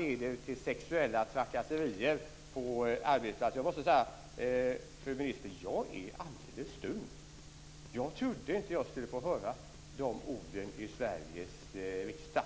leder till sexuella trakasserier på arbetsplatserna gör mig alldeles stum, fru minister. Jag trodde inte att jag skulle få höra de orden i Sveriges riksdag.